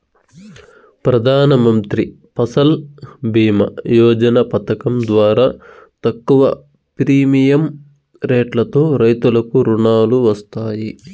ప్రధానమంత్రి ఫసల్ భీమ యోజన పథకం ద్వారా తక్కువ ప్రీమియం రెట్లతో రైతులకు రుణాలు వస్తాయి